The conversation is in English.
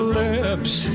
lips